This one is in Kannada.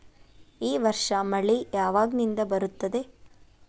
ಈ ವರ್ಷ ಮಳಿ ಯಾವಾಗಿನಿಂದ ಬರುತ್ತದೆ?